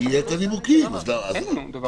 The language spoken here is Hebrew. אין היום דבר כזה.